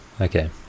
okay